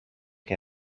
que